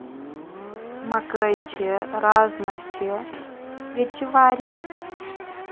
مَکٲے چھِ رازما چھِ ییٚتہِ چھِ واریاہ